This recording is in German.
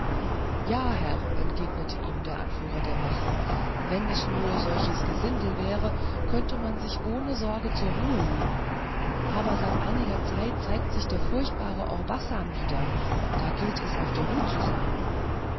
ja herr entgegnete ihm der anführer der wache wenn es nur solches gesindel wäre könnte man sich ohne sorgen zur ruhe legen aber seit einiger zeit zeigt sich der furchtbare orbasan wieder und da gilt es auf seiner hut zu sein